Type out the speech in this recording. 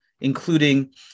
including